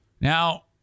Now